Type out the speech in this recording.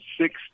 six